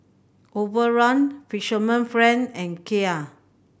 Overrun Fisherman friend and Kia